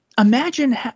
imagine